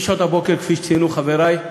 משעות הבוקר, כפי שציינו חברי,